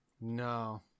No